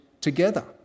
together